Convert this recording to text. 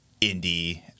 indie